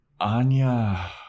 Anya